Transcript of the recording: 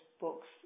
books